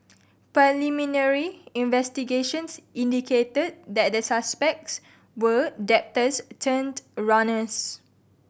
preliminary investigations indicated that the suspects were debtors turned runners